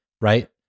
right